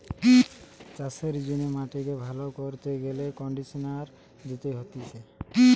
চাষের জিনে মাটিকে ভালো কইরতে গেলে কন্ডিশনার দিতে হতিছে